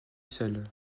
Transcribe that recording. seul